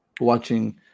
watching